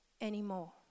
anymore